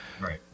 Right